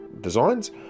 designs